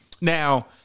Now